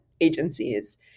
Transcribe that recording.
agencies